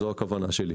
זו הכוונה שלי.